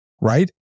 right